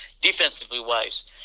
defensively-wise